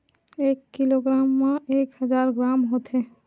एक किलोग्राम मा एक हजार ग्राम होथे